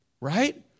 right